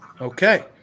Okay